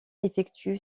effectue